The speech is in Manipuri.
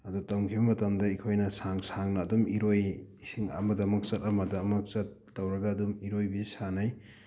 ꯑꯗꯨ ꯇꯝꯈꯤꯕ ꯃꯇꯝꯗ ꯑꯩꯈꯣꯏꯅ ꯁꯥꯡ ꯁꯥꯡꯅ ꯑꯗꯨꯝ ꯏꯔꯣꯏ ꯏꯁꯤꯡ ꯑꯃꯗ ꯑꯃꯨꯛ ꯆꯠ ꯑꯃꯗ ꯑꯃꯨꯛ ꯆꯠ ꯇꯧꯔꯒ ꯑꯗꯨꯝ ꯏꯔꯣꯏꯕꯤ ꯁꯥꯟꯅꯩ